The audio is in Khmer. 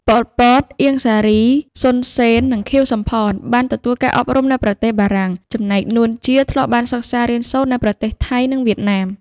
ប៉ុល ពត, អៀង សារី, សុន សេន និង ខៀវសំផន បានទទួលការអប់រំនៅប្រទេសបារាំង ចំណែក នួន ជា ធ្លាប់បានសិក្សារៀនសូត្រនៅប្រទេសថៃនិងវៀតណាម ។